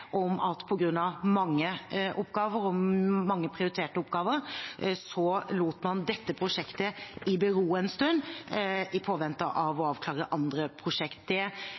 om at på grunn av mange prioriterte oppgaver lot man dette prosjektet bero en stund i påvente av å avklare andre prosjekter. Det